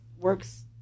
works